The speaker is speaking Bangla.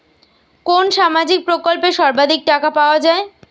কোন সামাজিক প্রকল্পে সর্বাধিক টাকা পাওয়া য়ায়?